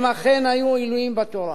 הם אכן היו עילויים בתורה.